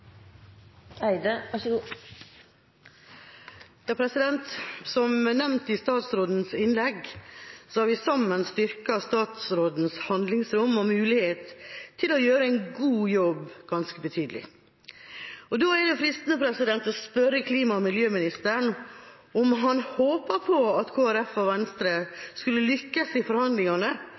mulighet til å gjøre en god jobb ganske betydelig. Da er det fristende å spørre klima- og miljøministeren om han håpet på at Kristelig Folkeparti og Venstre skulle lykkes i forhandlingene